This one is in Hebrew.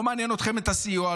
לא מעניין אתכם הסיוע,